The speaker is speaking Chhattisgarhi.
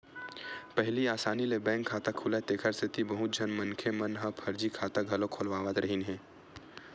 पहिली असानी ले बैंक खाता खुलय तेखर सेती बहुत झन मनखे मन ह फरजी खाता घलो खोलवावत रिहिन हे